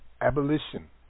Abolition